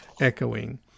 echoing